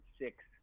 six